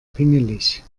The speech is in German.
pingelig